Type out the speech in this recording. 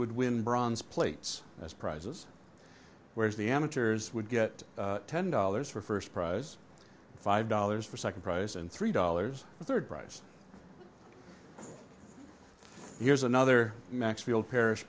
would win bronze plates as prizes whereas the amateurs would get ten dollars for first prize five dollars for second prize and three dollars a third prize here's another maxfield parrish